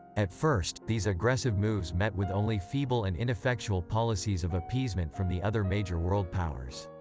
at first, these aggressive moves met with only feeble and ineffectual policies of appeasement from the other major world powers.